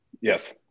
Yes